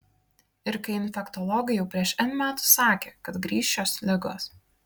ir kai infektologai jau prieš n metų sakė kad grįš šios ligos